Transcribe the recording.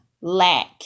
lack